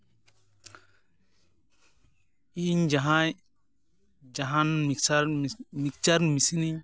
ᱤᱧ ᱡᱟᱦᱟᱸᱭ ᱡᱟᱦᱟᱱ ᱢᱤᱠᱥᱪᱟᱨ ᱢᱤᱥᱤᱱᱤᱧ